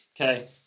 Okay